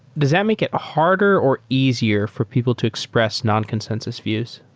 does that make it harder or easier for people to express non-consensus views?